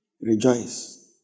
Rejoice